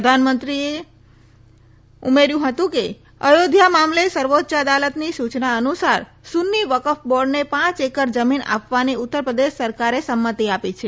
પ્રધાનમંત્રી મંત્રીએ ઉમેર્યું હતું કે અયોધ્યા મામલે સર્વોચ્ય અદાલતની સૂચના અનુસાર સુન્ની વકફ બોર્ડને પાંચ એકર જમીન આપવાની ઉત્તર પ્રદેશ સરકારે સંમતિ આપી છે